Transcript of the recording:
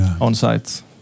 on-site